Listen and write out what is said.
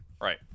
Right